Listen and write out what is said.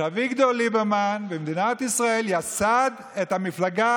שאביגדור ליברמן במדינת ישראל יסד את המפלגה